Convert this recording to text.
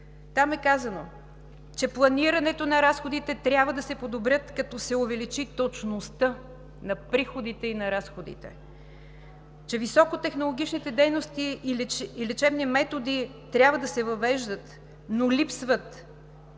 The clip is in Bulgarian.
Там е казано, че планирането на разходите трябва да се подобри, като се увеличи точността на приходите и на разходите; че високотехнологичните дейности и лечебни методи трябва да се въвеждат, но липсват